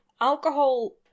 alcohol